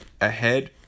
ahead